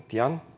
tiaan.